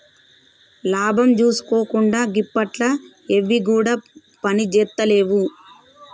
లాభం జూసుకోకుండ గిప్పట్ల ఎవ్విగుడ పనిజేత్తలేవు